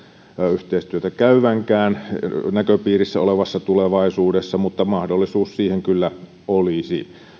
yhteistyötä tulevankaan näköpiirissä olevassa tulevaisuudessa mutta mahdollisuus siihen kyllä olisi